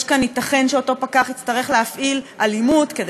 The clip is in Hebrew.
ייתכן שאותו פקח יצטרך להפעיל אלימות או